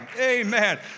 Amen